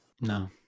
No